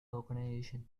organization